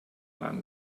warm